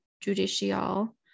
judicial